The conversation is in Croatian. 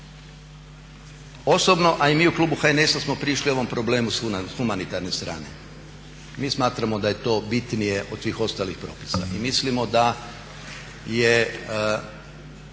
Osobno, a i mi u klubu HNS-a smo prišli ovom problemu s humanitarne strane, mi smatramo da je to bitnije od svih ostalih propisa i mislimo da je